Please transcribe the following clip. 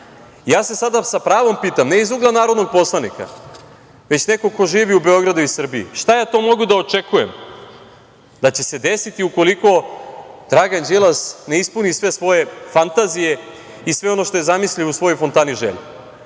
se sada sa pravom pitam ne iz ugla narodnog poslanika, već nekog ko živi u Beogradu i Srbiji šta ja to mogu da očekujem da će se desiti ukoliko Dragan Đilas ne ispuni sve svoje fantazije i sve ono što je zamislio u svojoj fontani želja. Da